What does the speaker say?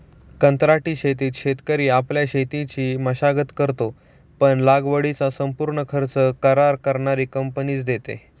कंत्राटी शेतीत शेतकरी आपल्या शेतीची मशागत करतो, पण लागवडीचा संपूर्ण खर्च करार करणारी कंपनीच देते